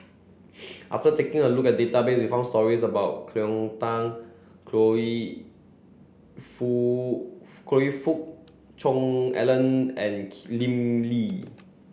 after taking a look at database we found stories about Cleo Thang Fook Cheong Alan and Lim Lee